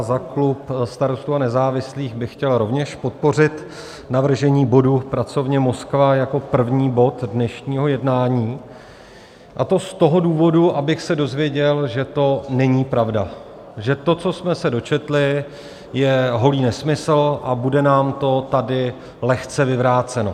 Za klub Starostů a nezávislých bych chtěl rovněž podpořit navržení bodu, pracovně Moskva, jako první bod dnešního jednání, a to z toho důvodu, abych se dozvěděl, že to není pravda, že to, co jsme se dočetli, je holý nesmysl a bude nám to tady lehce vyvráceno.